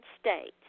States